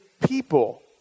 people